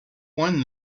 won